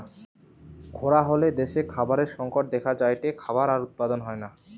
খরা হলে দ্যাশে খাবারের সংকট দেখা যায়টে, খাবার আর উৎপাদন হয়না